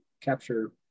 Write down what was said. capture